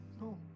No